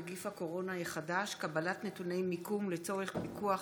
נגיף הקורונה החדש) (קבלת נתוני מיקום לצורך פיקוח